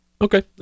okay